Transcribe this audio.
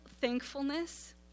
thankfulness